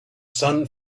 sun